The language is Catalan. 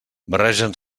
barregen